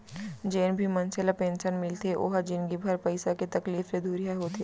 जेन भी मनसे ल पेंसन मिलथे ओ ह जिनगी भर पइसा के तकलीफ ले दुरिहा होथे